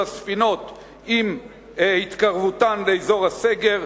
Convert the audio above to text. מול הספינות עם התקרבותן לאזור הסגר,